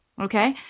Okay